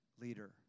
leader